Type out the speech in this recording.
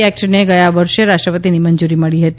એક્ટને ગયા વર્ષે રાષ્ટ્રપતિનીમંજૂરી મળી હતી